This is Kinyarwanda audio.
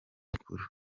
mikuru